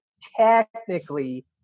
technically